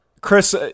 Chris